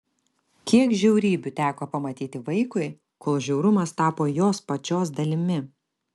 kiek žiaurybių teko pamatyti vaikui kol žiaurumas tapo jos pačios dalimi